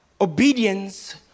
Obedience